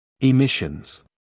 Emissions